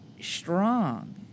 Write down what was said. strong